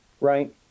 Right